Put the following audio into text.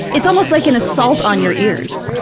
it's almost like an assault on your ears.